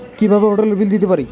কিভাবে হোটেলের বিল দিতে পারি?